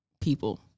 people